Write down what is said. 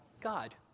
God